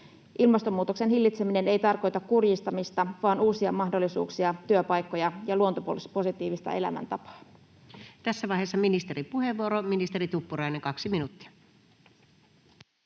Ilmastonmuutoksen hillitseminen ei tarkoita kurjistamista, vaan uusia mahdollisuuksia, työpaikkoja ja luontopositiivista elämäntapaa. Tässä vaiheessa ministerin puheenvuoro. — Ministeri Tuppurainen, 2 minuuttia.